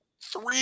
three